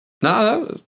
No